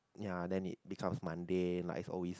ya then it becomes Monday like it's always